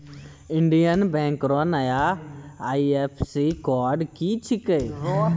Indian bank रो नया IFSC code की छिकै